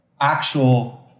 actual